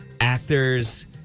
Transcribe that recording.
actors